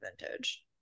vintage